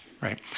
right